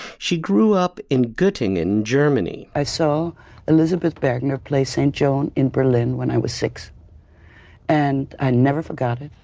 she grew up in gutting in germany i saw elizabeth bergner play st. joan in berlin when i was six and i never forgot it.